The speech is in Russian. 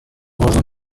важно